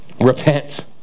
Repent